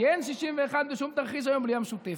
כי אין 61 בשום תרחיש היום בלי המשותפת.